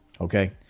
Okay